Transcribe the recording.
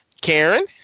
Karen